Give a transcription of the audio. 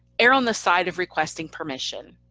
err on the side of requesting permission,